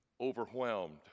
overwhelmed